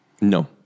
No